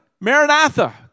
Maranatha